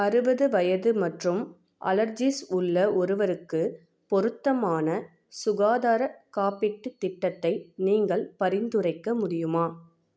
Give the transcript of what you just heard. அறுபது வயது மற்றும் அலர்ஜீஸ் உள்ள ஒருவருக்கு பொருத்தமான சுகாதாரக் காப்பீட்டுத் திட்டத்தை நீங்கள் பரிந்துரைக்க முடியுமா